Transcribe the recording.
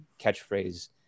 catchphrase